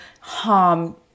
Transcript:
harm